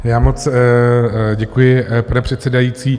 Já moc děkuji, pane předsedající.